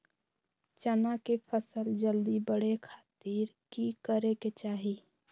चना की फसल जल्दी बड़े खातिर की करे के चाही?